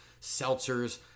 seltzers